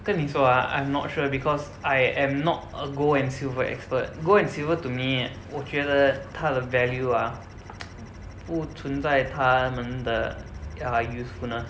跟你说 ah I'm not sure because I am not a gold and silver expert gold and silver to me 我觉得它的 value ah 不存在它们的 uh usefulness